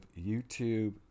YouTube